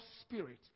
spirit